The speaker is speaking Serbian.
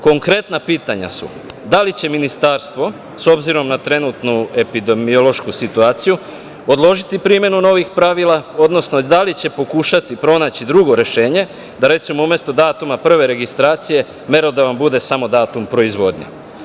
Konkretna pitanja su da li će Ministarstvo, s obzirom na trenutnu epidemiološku situaciju, odložiti primenu novih pravila, odnosno da li će pokušati pronaći drugo rešenje, da recimo umesto datuma prve registracije merodavan bude samo datum proizvodnje?